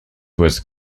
was